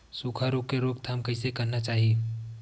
सुखा रोग के रोकथाम कइसे करना चाही?